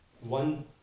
one